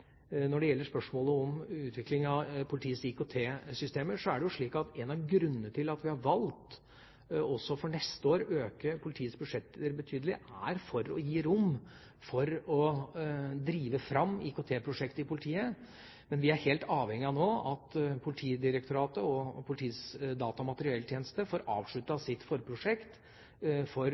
Når det gjelder spørsmålet om utviklingen av politiets IKT-systemer: En av grunnene til at vi også for neste år har valgt å øke politiets budsjetter betydelig, er å gi rom for å drive fram IKT-prosjektet i politiet. Men vi er helt avhengig av at Politidirektoratet og Politiets data- og materielltjeneste får avsluttet sitt forprosjekt, for